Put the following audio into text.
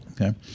okay